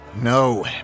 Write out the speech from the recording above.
No